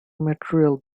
material